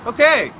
Okay